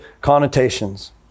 connotations